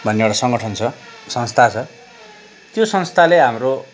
भन्ने एउटा सङ्गठन छ संस्था छ त्यो संस्थाले हाम्रो